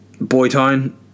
Boytown